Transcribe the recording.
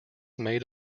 made